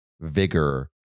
vigor